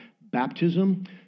baptism